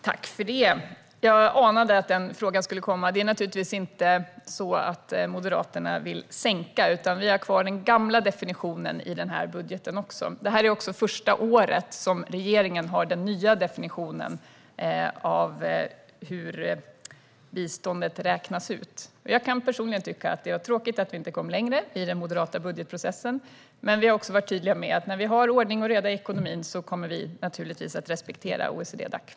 Herr talman! Tack för frågan, som jag anade skulle komma! Moderaterna vill naturligtvis inte sänka, utan vi har kvar den gamla definitionen också i den här budgeten. Detta är också det första året som regeringen har den nya definitionen av hur biståndet räknas ut. Jag kan personligen tycka att det var tråkigt att vi inte kom längre i den moderata budgetprocessen, men vi har också varit tydliga med att när vi har ordning och reda i ekonomin kommer vi naturligtvis att respektera OECD-Dac.